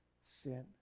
sin